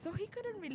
oh he couldn't really